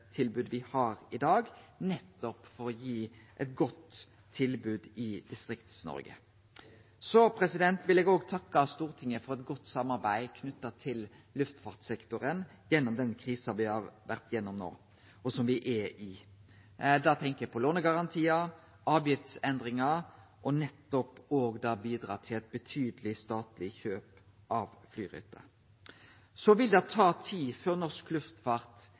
nettopp for å gi eit godt tilbod i Distrikts-Noreg. Eg vil òg takke Stortinget for eit godt samarbeid knytt til luftfartssektoren gjennom den krisa me har vore gjennom – og som me er i. Da tenkjer eg på lånegarantiar, på avgiftsendringar og på nettopp det å bidra til eit betydeleg statleg kjøp av flyruter. Det vil ta tid før norsk luftfart